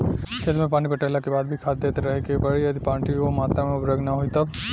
खेत मे पानी पटैला के बाद भी खाद देते रहे के पड़ी यदि माटी ओ मात्रा मे उर्वरक ना होई तब?